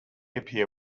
appear